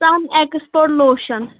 sun expert lotion